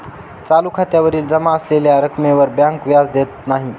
चालू खात्यातील जमा असलेल्या रक्कमेवर बँक व्याज देत नाही